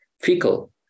fecal